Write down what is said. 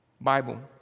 Bible